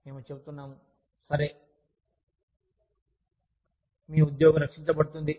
మేము చెప్తున్నాము సరే మీ ఉద్యోగం రక్షించబడుతుంది